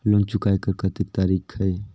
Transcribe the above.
Loan चुकाय कर कतेक तरीका है?